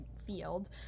field